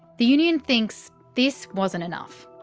the union thinks this wasn't enough